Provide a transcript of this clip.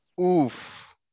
Oof